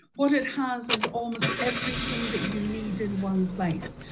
what it has is almost everything that you need in one place.